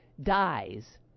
dies